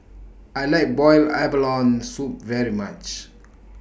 I like boiled abalone Soup very much